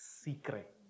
secret